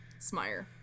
smire